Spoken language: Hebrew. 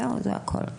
זהו, זה הכול.